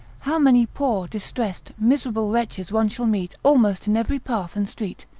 how many poor, distressed, miserable wretches, one shall meet almost in every path and street,